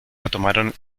retomaron